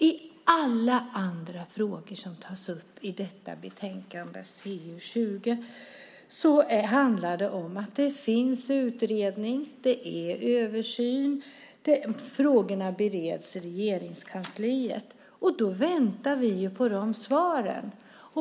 I alla andra frågor som tas upp i detta betänkande, CU20, handlar det om att det finns utredning, det sker översyn, frågorna bereds i Regeringskansliet. Då väntar vi på svaren.